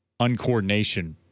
uncoordination